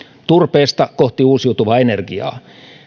turpeesta kohti uusiutuvaa energiaa